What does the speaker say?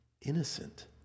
innocent